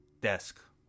desk